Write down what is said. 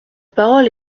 parole